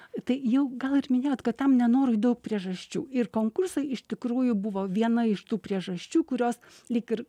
tai jau gal ir minėjot kad nenorui daug priežasčių ir konkursai iš tikrųjų buvo viena iš tų priežasčių kurios lyg ir